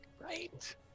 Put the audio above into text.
Right